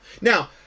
Now